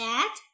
Dad